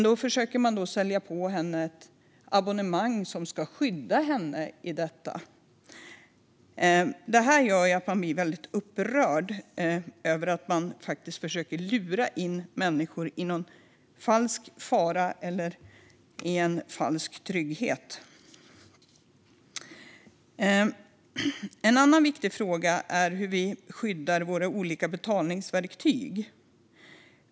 Då försökte man alltså sälja på henne ett abonnemang som ska skydda henne i detta. Jag blir väldigt upprörd när någon faktiskt försöker lura in människor i någon falsk fara eller falsk trygghet. Ett annan viktig fråga är hur vi skyddar våra olika betalningsverktyg.